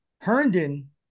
Herndon